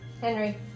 Henry